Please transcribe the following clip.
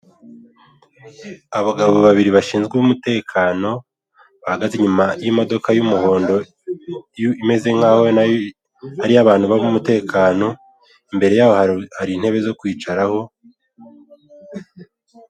Abagabo babiri bashinzwe umutekano bahagaze inyuma y'imodoka y'umuhondo imeze nkaho nayo ari ari iy'abantu b'umutekano imbere yaho hari intebe zo kukwicaraho.